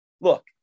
Look